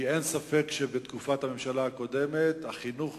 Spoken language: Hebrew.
כי אין ספק שבתקופת הממשלה הקודמת החינוך